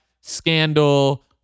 scandal